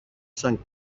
σαν